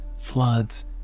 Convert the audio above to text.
floods